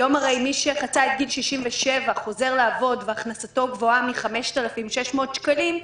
מי שחצה היום את גיל 67 וחוזר לעבוד והכנסתו גבוהה מ-5,600 שקלים,